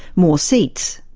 more seats.